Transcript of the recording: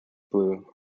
blue